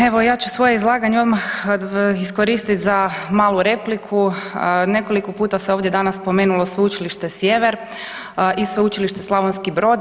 Evo, ja ću svoje izlaganje odmah iskoristiti za malu repliku, nekoliko puta se ovdje danas spomenulo Sveučilište Sjever i Sveučilište Slavonski Brod.